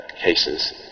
cases